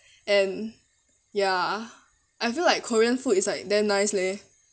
and ya I feel like korean food is like damn nice leh